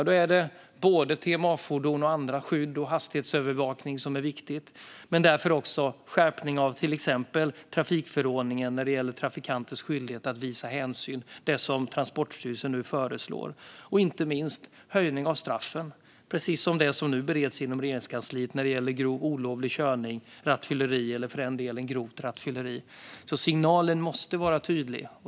Då är det viktigt med TMA-fordon, andra skydd och hastighetsövervakning. Därför handlar det också om en skärpning av till exempel trafikförordningen när det gäller trafikanters skyldighet att visa hänsyn, som Transportstyrelsen nu föreslår. Och det handlar inte minst om en höjning av straffen - det är precis det som nu bereds inom Regeringskansliet när det gäller grov olovlig körning, rattfylleri eller för den delen grovt rattfylleri. Signalen måste vara tydlig.